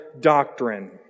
doctrine